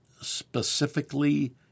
specifically